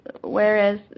whereas